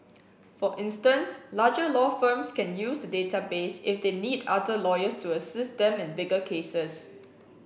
for instance larger law firms can use the database if they need other lawyers to assist them in bigger cases